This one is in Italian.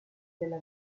della